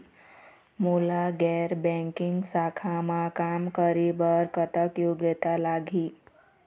मोला गैर बैंकिंग शाखा मा काम करे बर कतक योग्यता लगही?